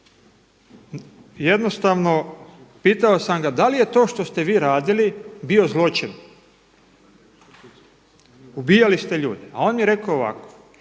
jednostavno, pitao sam ga da li je to što ste vi radili bio zločin? Ubijali ste ljude. A on je rekao ovako,